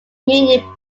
meaning